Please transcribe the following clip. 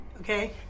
okay